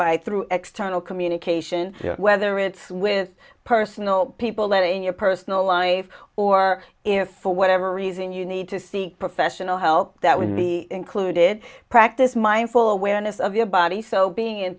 by through external communication whether it's with personal people that are in your personal life or if for whatever reason you need to seek professional help that when the included practice mindful awareness of your body so being in